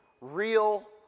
real